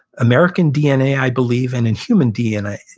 american dna, i believe, and in human dna,